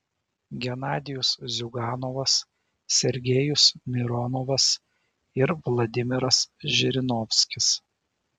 genadijus ziuganovas sergejus mironovas ir vladimiras žirinovskis